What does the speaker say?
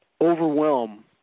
overwhelm